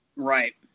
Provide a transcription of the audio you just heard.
Right